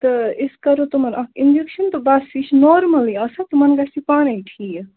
تہٕ أسۍ کَرَو تِمَن اَکھ اِنٛجَکشَن تہٕ بَس یہِ چھُ نارمَلٕے آسان تِمَن گژھِ یہِ پانٕے ٹھیٖک